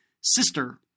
sister